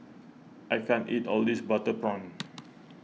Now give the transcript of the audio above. I can't eat all this Butter Prawn